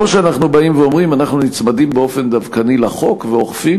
או שאנחנו אומרים: אנחנו נצמדים באופן דווקני לחוק ואוכפים